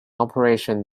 operation